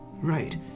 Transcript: Right